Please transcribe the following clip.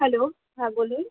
hello হ্যাঁ বলুন